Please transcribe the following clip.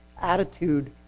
attitude